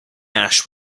ash